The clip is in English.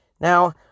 Now